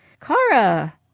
Kara